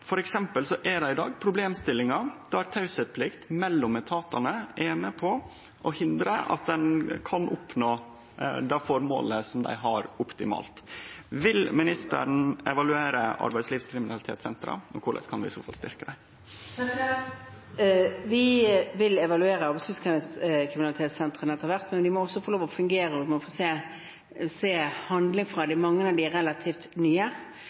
er det i dag ei problemstilling at teieplikt mellom etatane er med på å hindre at ein kan oppnå det føremålet dei har, optimalt. Vil statsministeren evaluere arbeidslivskriminalitetssentera, og korleis kan vi i så fall styrkje dei? Vi vil evaluere arbeidslivskriminalitetssentrene etter hvert, men de må også få lov til å fungere, og vi må få se handling fra mange av de relativt nye.